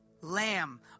lamb